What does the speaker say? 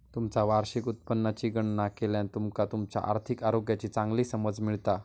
तुमचा वार्षिक उत्पन्नाची गणना केल्यान तुमका तुमच्यो आर्थिक आरोग्याची चांगली समज मिळता